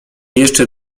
jeszcze